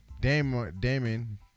Damon